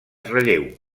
relleu